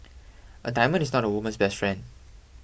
a diamond is not a woman's best friend